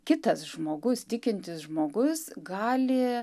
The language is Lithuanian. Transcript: kitas žmogus tikintis žmogus gali